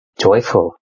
joyful